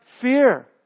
fear